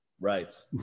Right